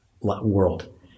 world